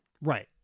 Right